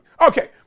Okay